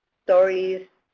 stories